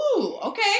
okay